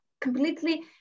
completely